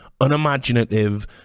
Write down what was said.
unimaginative